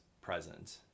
present